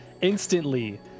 instantly